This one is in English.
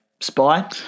Spy